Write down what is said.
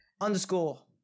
underscore